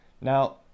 Now